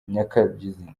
nyakabyizi